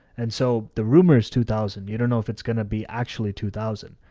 and so the rumors two thousand, you don't know if it's going to be actually two thousand,